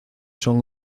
son